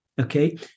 Okay